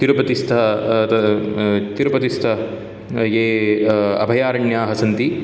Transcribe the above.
तिरुपतिस्थ तिरुपतिस्थ ये अभयारण्याः सन्ति